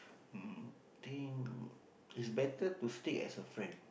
mm think it's better to stay as a friend